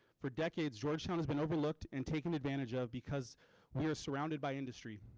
for decades georgetown has been overlooked and taken advantage of because you're surrounded by industry.